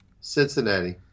Cincinnati